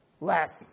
less